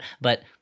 But-